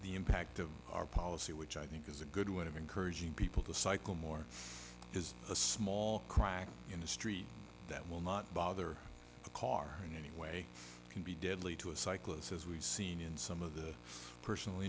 the impact of our policy which i think is a good way of encouraging people to cycle more is a small crack in the street that will not bother the car in any way can be deadly to a cyclist as we've seen in some of the personal